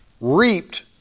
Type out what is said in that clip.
reaped